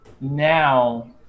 now